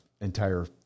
entire